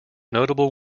notable